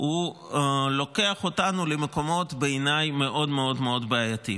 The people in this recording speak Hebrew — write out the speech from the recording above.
לוקח אותנו למקומות שבעיניי הם מאוד בעייתיים.